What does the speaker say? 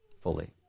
fully